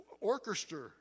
orchestra